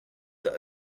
that